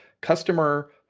customer